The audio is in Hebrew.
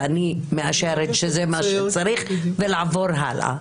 ואני מאשרת שזה מה שצריך ולעבור הלאה,